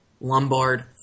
Lombard